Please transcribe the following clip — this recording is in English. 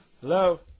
hello